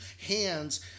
hands